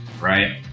right